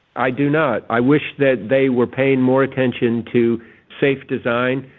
i do not. i wish that they were paying more attention to safe design.